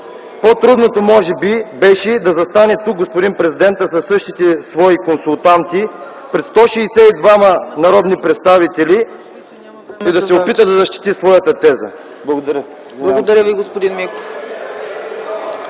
По-трудното може би беше да застане тук господин президентът със същите свои консултанти пред 162 народни представители и да се опита да защити своята теза. (Ръкопляскания от